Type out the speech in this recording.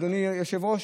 אדוני היושב-ראש,